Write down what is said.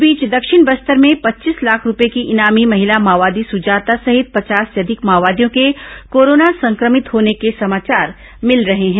इस बीच दक्षिण बस्तर में पच्चीस लाख रूपए की इनामी महिला माओवादी सुजाता सहित पचास से अधिक माओवादियों के कोरोना संक्रमित होने के समाचार मिले हैं